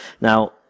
Now